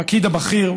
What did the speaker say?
הפקיד הבכיר,